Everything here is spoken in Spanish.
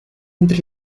entre